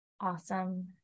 Awesome